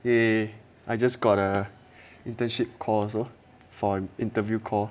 a I just got a internship cause or for an interview call